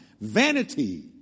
Vanity